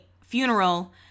funeral